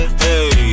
hey